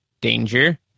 danger